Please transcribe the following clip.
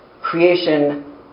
creation